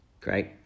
Great